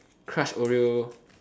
crushed oreo